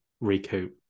recoup